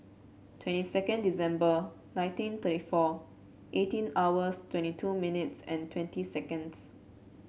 twenty second December ninety thirty four eighteen hours twenty two minutes and twenty seconds